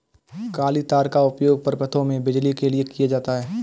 काली तार का उपयोग सभी परिपथों में बिजली के लिए किया जाता है